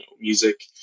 music